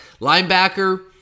Linebacker